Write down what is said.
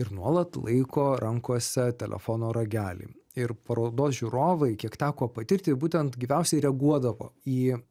ir nuolat laiko rankose telefono ragelį ir parodos žiūrovai kiek teko patirti būtent gyviausiai reaguodavo į